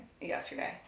Yesterday